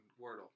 Wordle